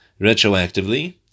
retroactively